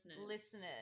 listeners